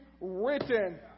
written